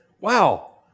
wow